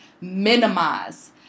minimize